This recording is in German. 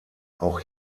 auch